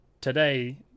today